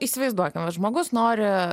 įsivaizduokime žmogus nori